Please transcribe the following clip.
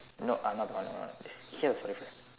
nope I'm not the one hear my story first